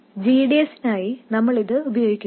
അതിനാൽ g d sനായി നമ്മൾ ഇത് ഉപയോഗിക്കുന്നു